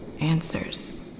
Answers